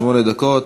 שמונה דקות.